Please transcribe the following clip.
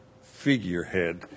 figurehead